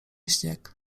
śnieg